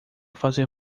fazer